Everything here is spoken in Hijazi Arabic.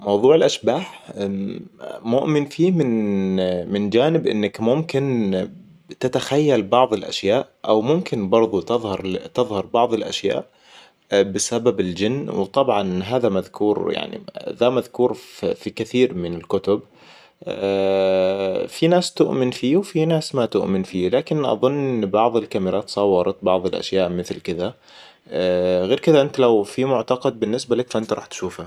موضوع الأشباح مؤمن فيه من - من جانب إنك ممكن تتخيل بعض الأشياء أو ممكن برضو تظهر تظهر بعض الأشياء بسبب الجن وطبعاً هذا مذكور يعني ذا مذكور في كثير من الكتب ناس تؤمن فيه وفيه ناس ما تؤمن فيه كن أظن بعض الكاميرات صورت بعض الاشياء مثل كذا غير كذا إنت لو في معتقد بالنسبة لك فإنت راح تشوفه